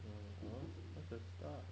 um well that's a start